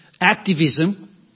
activism